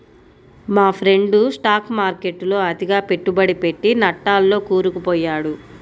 మా friend stock మార్కెట్టులో అతిగా పెట్టుబడి పెట్టి నట్టాల్లో కూరుకుపొయ్యాడు